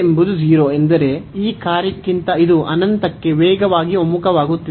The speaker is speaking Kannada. ಎಂಬುದು 0 ಎಂದರೆ ಈ ಕಾರ್ಯಕ್ಕಿಂತ ಇದು ಅನಂತಕ್ಕೆ ವೇಗವಾಗಿ ಒಮ್ಮುಖವಾಗುತ್ತಿದೆ